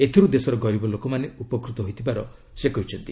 ଏଥିରୁ ଦେଶର ଗରିବ ଲୋକମାନେ ଉପକୃତ ହୋଇଥିବାର ସେ କହିଛନ୍ତି